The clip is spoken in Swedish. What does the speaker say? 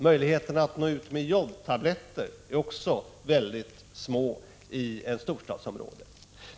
Möjligheterna att nå ut med jodtabletter är också mycket små i ett storstadsområde.